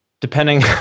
depending